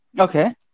Okay